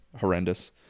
horrendous